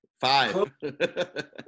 five